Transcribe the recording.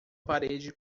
parede